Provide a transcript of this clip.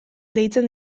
deitzen